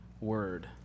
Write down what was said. word